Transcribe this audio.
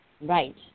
Right